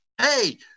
Hey